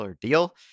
deal